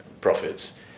profits